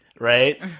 right